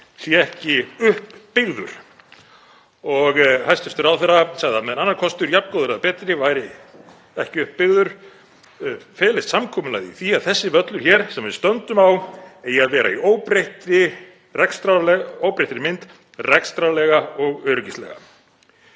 ekki upp byggður. Hæstv. ráðherra sagði að meðan annar kostur, jafn góður eða betri, væri ekki uppbyggður fælist samkomulagið í því að þessi völlur hér sem við stöndum á ætti að vera í óbreyttri mynd rekstrarlega og öryggislega.